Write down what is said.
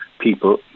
people